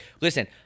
listen